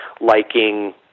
liking